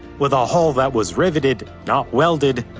with a hull that was riveted, not welded,